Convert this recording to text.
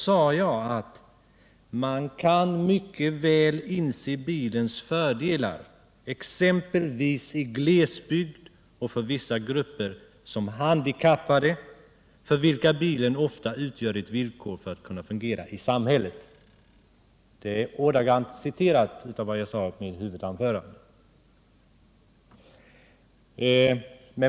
Jag sade att man mycket väl kan inse bilens fördelar, exempelvis i glesbygd och för vissa grupper såsom handikappade, för vilka bilen ofta utgör ett villkor för att kunna fungera i samhället. Det är ordagrant vad jag sade i mitt huvudanförande.